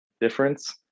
difference